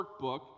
workbook